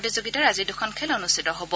প্ৰতিযোগিতাত আজি দুখন খেল অনুষ্ঠিত হ'ব